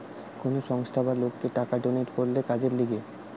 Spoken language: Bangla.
কোন সংস্থা বা লোককে টাকা ডোনেট করলে কাজের লিগে